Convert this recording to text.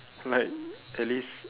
like at least